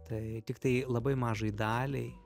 tai tiktai labai mažai daliai